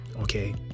okay